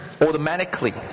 automatically